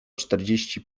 czterdzieści